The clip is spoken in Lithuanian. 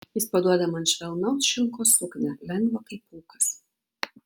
jis paduoda man švelnaus šilko suknią lengvą kaip pūkas